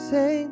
Say